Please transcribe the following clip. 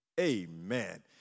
amen